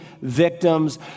victims